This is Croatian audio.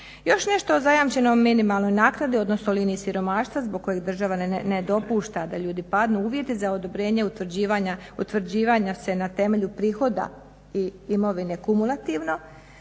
Još nešto o zajamčenoj minimalnoj naknadi, odnosno liniji siromaštva zbog kojih država ne dopušta da ljudi padnu. Uvjeti za odobrenje utvrđivanja se na temelju prihoda i imovine kumulativno,